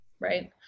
right